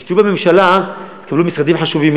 וכאשר תהיו בממשלה תהיו במשרדים חשובים,